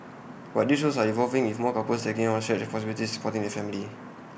but these roles are evolving with more couples taking on shared responsibilities in supporting the family